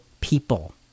people